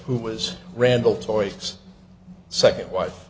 who was randall toit's second wife